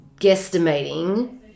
guesstimating